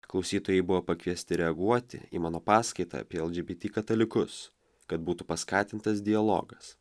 klausytojai buvo pakviesti reaguoti į mano paskaitą apie lgbt katalikus kad būtų paskatintas dialogas